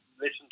listen